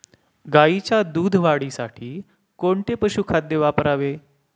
गाईच्या दूध वाढीसाठी कोणते पशुखाद्य वापरावे?